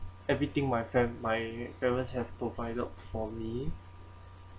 everything my fam~ my parents have provided for me